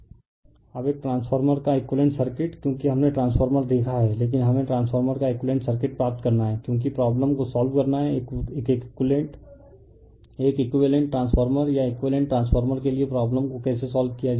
refer slide time 2041 अब एक transformer का इकुईवेलेंट सर्किट क्योंकि हमने ट्रांसफॉर्मर देखा है लेकिन हमें ट्रांसफॉर्मर का इकुईवेलेंट सर्किट प्राप्त करना है क्योंकि प्रॉब्लम को सोल्व करना है एक एकुइवेलेंट ट्रांसफॉर्मर या एकुइवेलेंट ट्रांसफॉर्मर के लिए प्रॉब्लम को कैसे सोल्व किया जाए